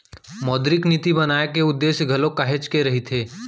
मौद्रिक नीति बनाए के उद्देश्य घलोक काहेच के रहिथे